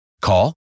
Call